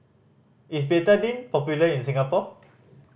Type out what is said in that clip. is Betadine popular in Singapore